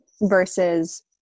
versus